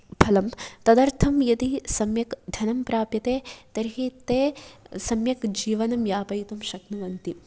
फलं तदार्थं यदि सम्यक् धनं प्राप्यते तर्हि ते सम्यक् जीवनं यापयितुं शक्नुवन्ति